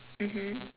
mmhmm